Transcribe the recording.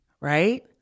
right